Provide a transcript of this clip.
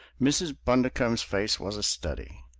mrs. bundercombe's face was a study.